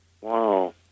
Wow